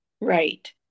right